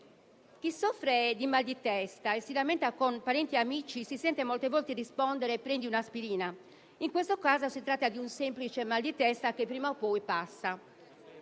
Chi soffre di mal di testa e si lamenta con parenti e amici si sente molte volte rispondere «prendi un'aspirina»: in questo caso, si tratta di un semplice mal di testa, che prima o poi passa.